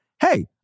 hey